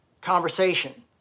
conversation